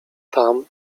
tam